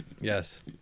Yes